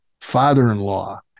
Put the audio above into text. father-in-law